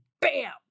bam